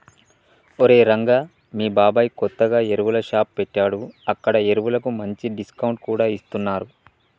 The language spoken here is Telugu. ఒరేయ్ రంగా మీ బాబాయ్ కొత్తగా ఎరువుల షాప్ పెట్టాడు అక్కడ ఎరువులకు మంచి డిస్కౌంట్ కూడా ఇస్తున్నరు